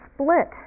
split